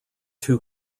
two